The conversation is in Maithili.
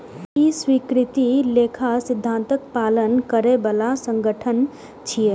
ई स्वीकृत लेखा सिद्धांतक पालन करै बला संगठन छियै